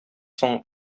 соң